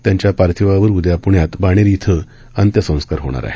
त्यांच्या पार्थिवावर उदया प्ण्यात बाणेर इथं अंत्यसंस्कार होणार आहेत